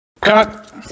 Cut